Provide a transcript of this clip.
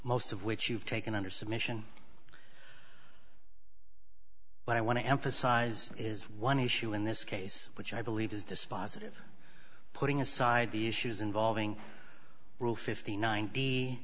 most of which you've taken under submission but i want to emphasize is one issue in this case which i believe is dispositive putting aside the issues involving rule fifty nine